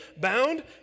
bound